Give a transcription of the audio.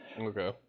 Okay